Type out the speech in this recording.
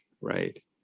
right